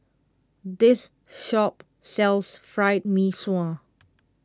this shop sells Fried Mee Sua